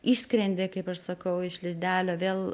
išskrendi kaip aš sakau iš lizdelio vėl